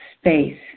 space